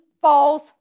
falls